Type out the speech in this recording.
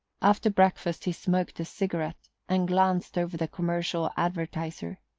after breakfast he smoked a cigarette and glanced over the commercial advertiser.